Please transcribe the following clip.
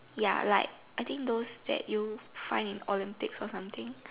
ya like I think those that you find in Olympics or something